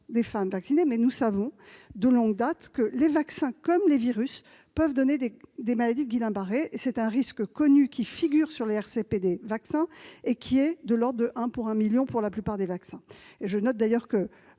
des femmes vaccinées, mais nous savons de longue date que les vaccins, comme les virus, peuvent donner des maladies de Guillain-Barré. C'est un risque connu, qui figure sur le RCP, le résumé des caractéristiques du produit, et qui est de l'ordre de un pour un million pour la plupart des vaccins. Je note d'ailleurs que